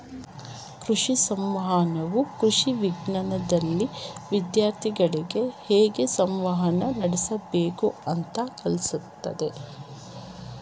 ಕೃಷಿ ಸಂವಹನವು ಕೃಷಿ ವಿಜ್ಞಾನ್ದಲ್ಲಿ ವಿದ್ಯಾರ್ಥಿಗಳಿಗೆ ಹೇಗ್ ಸಂವಹನ ನಡಸ್ಬೇಕು ಅಂತ ಕಲ್ಸತದೆ